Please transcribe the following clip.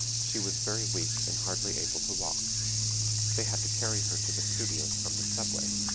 she was very weak and hardly able to walk they had to carry her to the studios from the subway.